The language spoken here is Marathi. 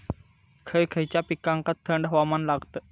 खय खयच्या पिकांका थंड हवामान लागतं?